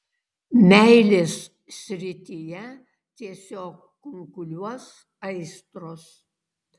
meilės srityje tiesiog kunkuliuos aistros